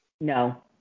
No